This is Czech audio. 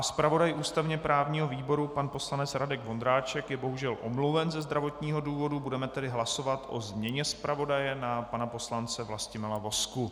Zpravodaj ústavněprávního výboru pan poslanec Radek Vondráček je bohužel omluven ze zdravotního důvodu, budeme tedy hlasovat o změně zpravodaje na pana poslance Vlastimila Vozku.